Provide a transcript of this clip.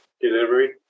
delivery